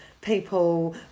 people